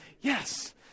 yes